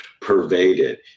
pervaded